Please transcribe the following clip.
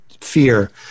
fear